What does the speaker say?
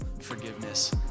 forgiveness